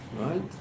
right